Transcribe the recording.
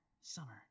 summer